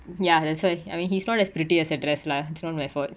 ya that's why I mean he's not as pretty as your dress lah it's not my fault